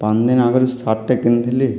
ପାଞ୍ଚ୍ ଦିନ୍ ଆଗ୍ରୁ ସାର୍ଟ୍ଟେ କିଣିଥିଲି